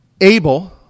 Abel